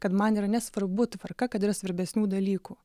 kad man yra nesvarbu tvarka kad yra svarbesnių dalykų